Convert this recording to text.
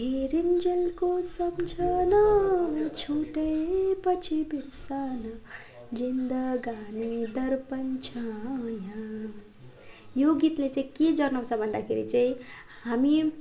यो गीतले चाहिँ के जनाउँछ भन्दाखेरि चाहिँ हामी